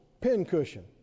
pincushion